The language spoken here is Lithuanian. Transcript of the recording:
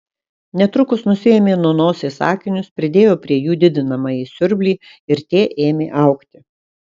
netrukus nusiėmė nuo nosies akinius pridėjo prie jų didinamąjį siurblį ir tie ėmė augti